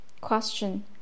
Question